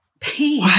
pain